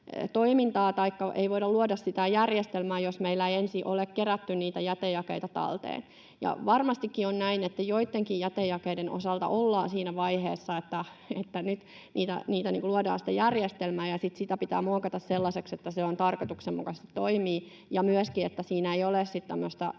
taikka ei voida luoda sitä järjestelmää, jos meillä ei ensin ole kerätty niitä jätejakeita talteen. Varmastikin on näin, että joittenkin jätejakeiden osalta ollaan siinä vaiheessa, että nyt luodaan sitä järjestelmää, ja sitten sitä pitää muokata sellaiseksi, että se on tarkoituksenmukainen ja toimii ja että siinä ei ole sitten